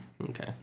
Okay